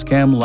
Cam